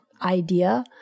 idea